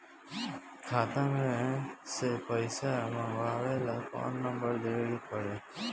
खाता मे से पईसा मँगवावे ला कौन नंबर देवे के पड़ी?